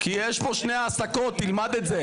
כי יש פה שתי העסקות, תלמד את זה.